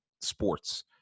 sports